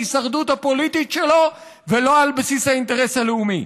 ההישרדות הפוליטית שלו ולא על בסיס האינטרס הלאומי".